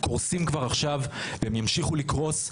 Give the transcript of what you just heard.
קורסים כבר עכשיו והם ימשיכו לקרוס,